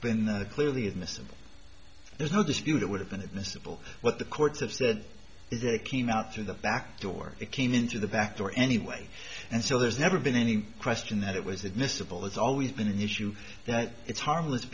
been there clearly admissible there's no dispute it would have been admissible but the courts have said they came out through the back door it came into the back door anyway and so there's never been any question that it was admissible it's always been an issue it's harmless